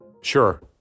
Sure